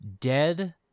dead